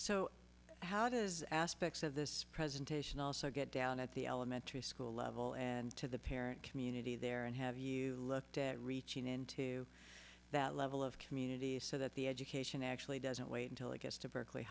so how does aspects of this presentation also get down at the elementary school level and to the parent community there and have you looked at reaching into that level of community so that the education actually doesn't wait until it gets to berkeley